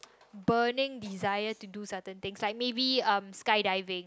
burning desire to do certain things like maybe um skydiving